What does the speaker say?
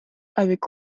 avec